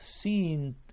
seen